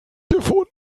gefunden